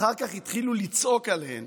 אחר כך התחילו לצעוק עליהן